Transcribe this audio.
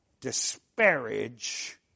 disparage